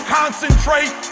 concentrate